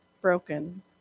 broken